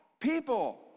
people